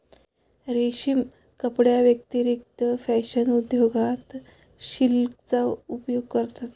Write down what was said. रेशीम कपड्यांव्यतिरिक्त फॅशन उद्योगात सिल्कचा उपयोग करतात